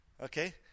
Okay